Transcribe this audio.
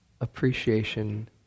appreciation